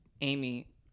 Amy